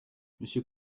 monsieur